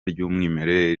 ry’umwimerere